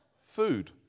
Food